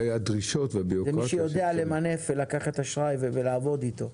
זה מי שיודע למנף ולקחת אשראי ולעבוד איתו.